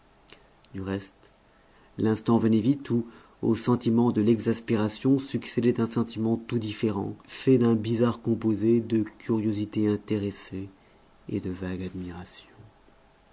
du reste l'instant venait vite où au sentiment de l'exaspération succédait un sentiment tout différent fait d'un bizarre composé de curiosité intéressée et de vague admiration